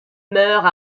meurt